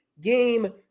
game